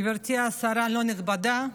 גברתי השרה הלא-נכבדה,